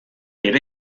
ere